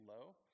low